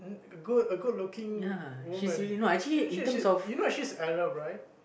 a good a good looking woman shit shit shit you know she's Arab right